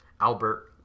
Albert